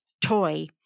toy